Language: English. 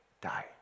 die